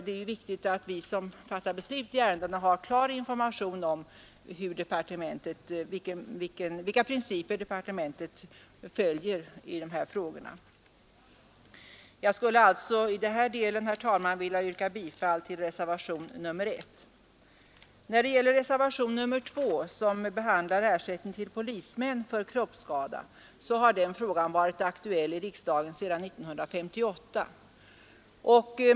Det är ju viktigt att vi som fattar beslut i ärendena får information om vilka principer departementet följer i dessa frågor. Jag skulle alltså i denna del, herr talman, vilja yrka bifall till reservationen 1. När det gäller reservationen 2, som behandlar ersättning till polismän för kroppsskada, kan sägas att denna fråga varit aktuell i riksdagen sedan 1958.